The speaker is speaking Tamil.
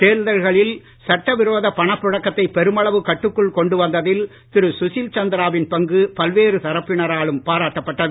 தேர்தல்களில் சட்ட விரோத பணப் புழக்கத்தை பெருமளவு கட்டுக்குள் கொண்டு வந்தது திரு சுசில் சந்திராவின் பங்கு பல்வேறு தரப்பினராலும் பாராட்டப்பட்டது